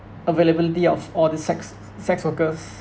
availability of all the sex s~ sex workers